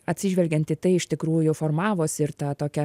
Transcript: atsižvelgiant į tai iš tikrųjų formavosi ir ta tokia